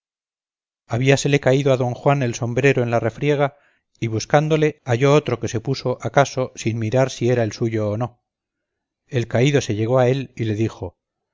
habíasele caído a don juan el sombrero en la refriega y buscándole halló otro que se puso acaso sin mirar si era el suyo o no el caído se llegó a él y le dijo